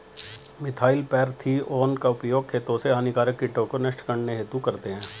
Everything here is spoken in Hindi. मिथाइल पैरथिओन का उपयोग खेतों से हानिकारक कीटों को नष्ट करने हेतु करते है